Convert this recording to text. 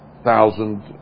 Thousand